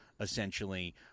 essentially